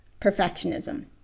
perfectionism